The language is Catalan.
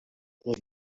les